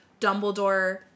Dumbledore